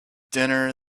dinner